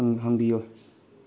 ꯍꯪꯕꯤꯌꯣ